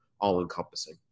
all-encompassing